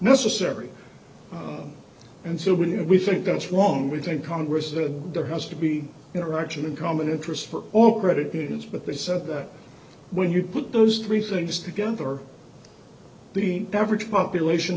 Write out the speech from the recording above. necessary and sooner we think that's wrong we think congress that there has to be interaction and common interest for all creditors but they said that when you put those three things together or the average population